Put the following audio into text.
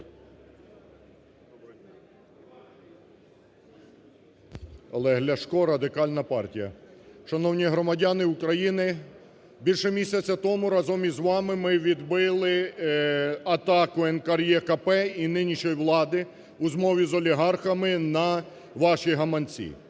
Олег Ляшко, Радикальна партія. Шановні громадяни України, більше місяця тому разом із вами ми відбили атаку НКРЕКП і нинішньої влади у змові з олігархами на ваші гаманці.